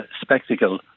spectacle